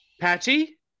Patchy